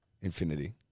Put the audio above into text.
Infinity